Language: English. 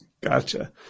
Gotcha